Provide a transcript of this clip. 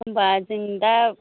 होमबा जों दा